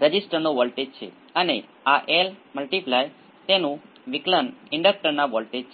hertz 20 kilo hertz